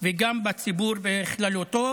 וגם בציבור בכללותו.